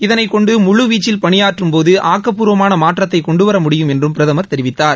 இதனைக் கொண்டு முழுவீச்சில் பணியாற்றும் போது ஆக்கப்பூர்வமான மாற்றத்தைக் கொண்டு வர முடியும் என்றும் பிரதமர் தெரிவித்தார்